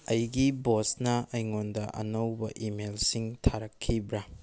ꯑꯩꯒꯤ ꯕꯣꯁꯅ ꯑꯩꯉꯣꯟꯗ ꯑꯅꯧꯕ ꯏꯃꯦꯜꯁꯤꯡ ꯊꯥꯔꯛꯈꯤꯕ꯭ꯔꯥ